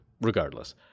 regardless